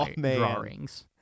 drawings